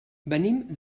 venim